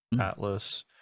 Atlas